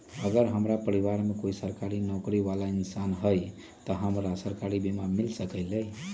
अगर हमरा परिवार में कोई सरकारी नौकरी बाला इंसान हई त हमरा सरकारी बीमा मिल सकलई ह?